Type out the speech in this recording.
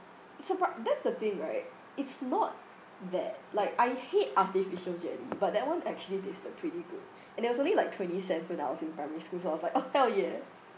it's surpri~ that's the thing right it's not that like I hate artificial jelly but that one actually tasted pretty good and it was only like twenty cents when I was in primary school so I was like oh hell ya